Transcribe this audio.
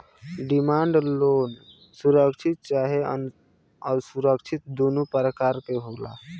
demand loan सुरक्षित चाहे असुरक्षित दुनो प्रकार के होला